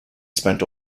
spent